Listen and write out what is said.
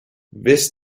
this